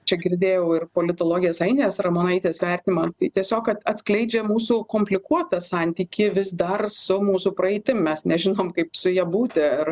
čia girdėjau ir politologės ainės ramonaitės vertinimą tai tiesiog kad atskleidžia mūsų komplikuotą santykį vis dar su mūsų praeitim mes nežinom kaip su ja būti ar